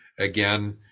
again